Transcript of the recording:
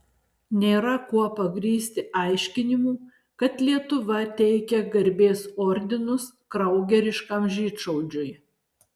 nėra kuo pagrįsti aiškinimų kad lietuva teikia garbės ordinus kraugeriškam žydšaudžiui